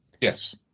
Yes